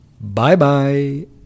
Bye-bye